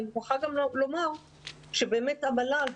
אני מוכרחה גם לומר שבאמת המל"ל,